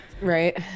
Right